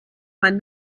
mein